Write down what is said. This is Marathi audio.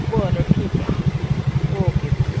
बरं ठीक आहे ओके सर